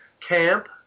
camp